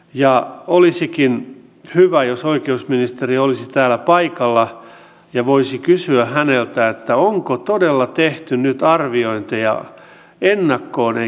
tietenkin kaikista vähitenhän tämä kuntien syy on mutta kunnat kantavat käytännössä suurimman vastuun sitten turvapaikanhakijoiden kotouttamisesta muun muassa perusopetuksen järjestämisestä